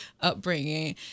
upbringing